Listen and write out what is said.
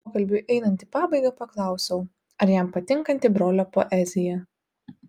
pokalbiui einant į pabaigą paklausiau ar jam patinkanti brolio poezija